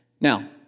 Now